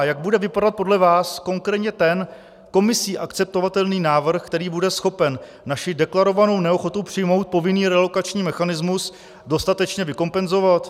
Jak bude vypadat podle vás konkrétně ten Komisí akceptovatelný návrh, který bude schopen naši deklarovanou neochotu přijmout povinný relokační mechanismus dostatečně vykompenzovat?